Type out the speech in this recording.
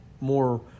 more